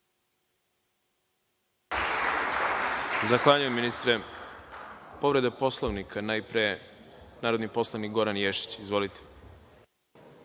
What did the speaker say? Zahvaljujem ministre. Povreda Poslovnika, najpre narodni poslanik Goran Ješić. Izvolite.